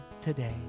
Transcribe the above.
today